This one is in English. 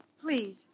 Please